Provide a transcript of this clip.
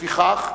לפיכך,